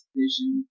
vision